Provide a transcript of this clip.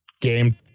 game